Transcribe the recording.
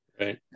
Right